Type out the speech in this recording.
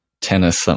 tennis